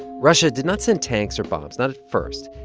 russia did not send tanks or bombs not at first.